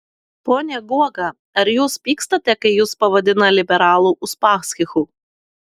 pone guoga ar jūs pykstate kai jus pavadina liberalų uspaskichu